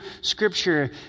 scripture